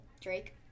Drake